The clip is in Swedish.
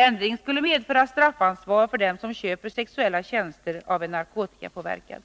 Ändringen skulle medföra straffansvar för dem som köper sexuella tjänster av en narkotikapåverkad.